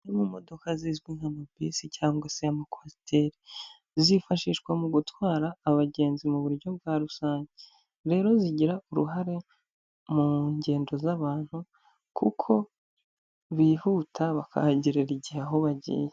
Mu modoka zizwi nk'amabisi cyangwa se amakwasiteri. Zifashishwa mu gutwara abagenzi mu buryo bwa rusange. Rero zigira uruhare mu ngendo z'abantu, kuko bihuta bakahagerera igihe aho bagiye.